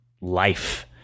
life